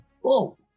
Whoa